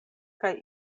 kaj